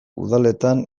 udaletan